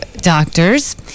doctors